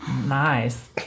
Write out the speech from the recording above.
Nice